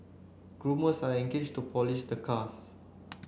groomers are engaged to polish the cars